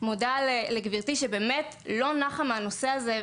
מודה לגברתי שבאמת לא נחה מהנושא הזה,